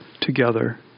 together